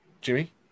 jimmy